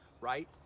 right